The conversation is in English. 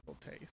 taste